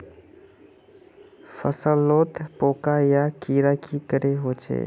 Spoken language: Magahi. फसलोत पोका या कीड़ा की करे होचे?